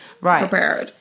Right